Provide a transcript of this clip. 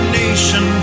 nation